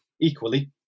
Equally